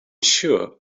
sure